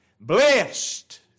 Blessed